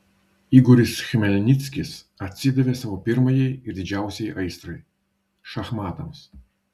igoris chmelnickis atsidavė savo pirmajai ir didžiausiai aistrai šachmatams